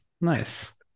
Nice